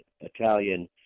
Italian